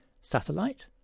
Satellite